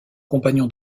compagnon